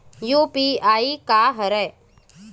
UPI का हरय?